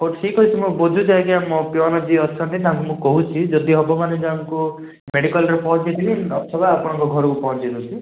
ହଉ ଠିକ୍ ଅଛି ମୁଁ ବୁଝୁଛି ଆଜ୍ଞା ମୋ ପିଅନ ଯିଏ ଅଛନ୍ତି ତାଙ୍କୁ ମୁଁ କହୁଛି ଯଦି ହେବମାନେ ତାଙ୍କୁ ମେଡ଼ିକାଲରେ ପହଞ୍ଚାଇ ଦେବି ଅଥବା ଆପଣଙ୍କ ଘରକୁ ପହଞ୍ଚାଇ ଦେଉଛି